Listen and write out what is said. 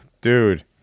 dude